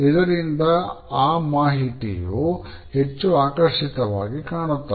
ಇದರಿಂದ ಆ ಮಾಹಿತಿಯು ಹೆಚ್ಚು ಆಕರ್ಷಿತವಾಗಿ ಕಾಣುತ್ತದೆ